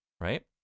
right